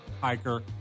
hiker